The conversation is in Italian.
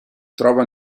trova